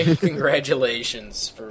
congratulations